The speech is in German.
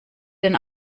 den